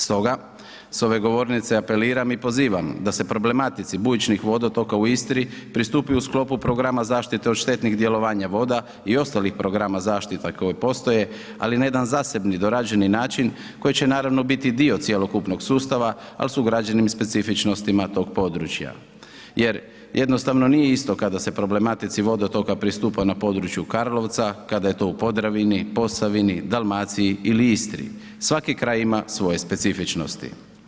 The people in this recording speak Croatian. Stoga, s ove govornice apeliram i pozivam da se problematici bujičnih vodotoka u Istri pristupi u sklopu programa zaštite od štetnih djelovanja voda i ostalih programa zaštita koje postoje ali na jedan zasebni, dorađeni način koji će naravno biti dio cjelokupnog sustava ali s ugrađenim specifičnostima tog područja jer jednostavno nije isto kada se problematici vodotoka pristupa na području Karlovca, kada je to u Podravini, Posavini, Dalmaciji ili Istri, svaki kraj ima svoje specifičnosti.